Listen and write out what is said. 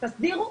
תסדירו,